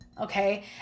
Okay